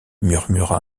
murmura